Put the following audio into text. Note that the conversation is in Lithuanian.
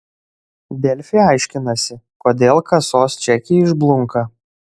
delfi aiškinasi kodėl kasos čekiai išblunka